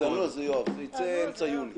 זה ייצא אמצע יוני.